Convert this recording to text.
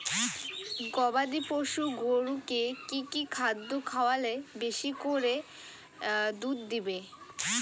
গবাদি পশু গরুকে কী কী খাদ্য খাওয়ালে বেশী বেশী করে দুধ দিবে?